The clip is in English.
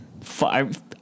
Five